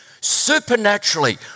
Supernaturally